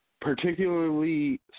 Particularly